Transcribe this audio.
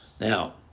Now